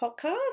podcast